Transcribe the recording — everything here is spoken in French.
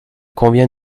convient